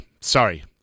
sorry